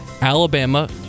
Alabama